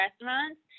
restaurants